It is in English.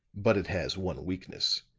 but it has one weakness.